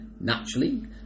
Naturally